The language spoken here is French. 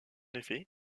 effet